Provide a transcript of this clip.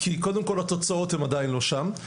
כי קודם כל התוצאות עדיין לא שם,